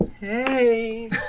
Hey